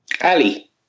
Ali